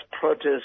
protests